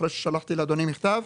אחרי ששלחתי לאדוני מכתב,